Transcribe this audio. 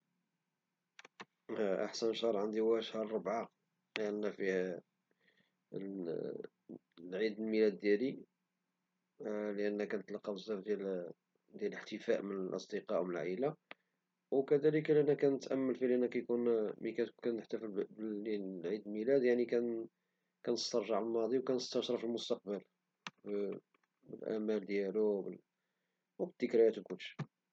أحسن شهر عندي هو شهر أربعة لأن عندي فيه عيد الميلاد ديالي لأن كنتلقى بزاف ديال الإحتفاء من الأصدقاء والعائلة وكذلك كتكون مناسبة أنني نتأمل في حياتي كنسترجع الماضي وكنستشرف المستقبل بالآمال ديالو والذكريات وكلشي.